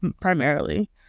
primarily